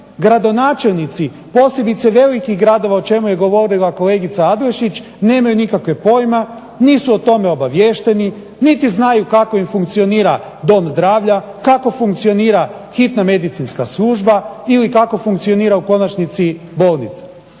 gradonačelnici, posebice velikih gradova o čemu je govorila kolegica Adlešić, nemaju nikakvog pojma, nisu o tome obaviješteni, niti znaju kako im funkcionira Dom zdravlja, kako funkcionira Hitna medicinska služba ili kako funkcionira u konačnici bolnica.